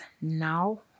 now